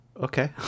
Okay